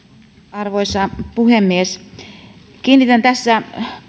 arvoisa puhemies kiinnitän tässä